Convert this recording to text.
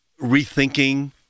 rethinking